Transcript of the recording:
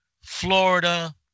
Florida